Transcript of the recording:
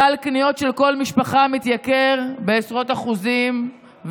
סל הקניות של כל משפחה מתייקר בעשרות אחוזים,